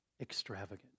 extravagant